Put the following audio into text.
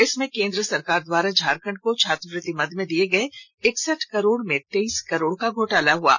इसमें केंद्र सरकार द्वारा झारखंड को छात्रवृति मद में दिए गए इकसठ करोड़ में तेईस करोड़ का घोटाला हुआ है